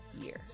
year